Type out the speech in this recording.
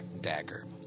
dagger